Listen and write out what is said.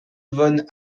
von